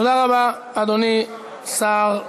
תודה רבה, אדוני השר.